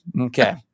Okay